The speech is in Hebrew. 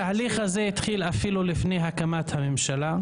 התהליך הזה התחיל אפילו לפני הקמת הממשלה,